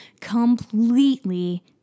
completely